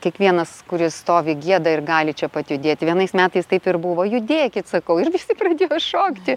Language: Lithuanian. kiekvienas kuris stovi gieda ir gali čia pat judėti vienais metais taip ir buvo judėkit sakau ir visi pradėjo šokti